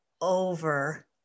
over